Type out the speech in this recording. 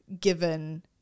given